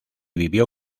vivió